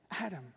Adam